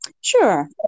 Sure